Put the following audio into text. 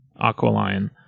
Aqualion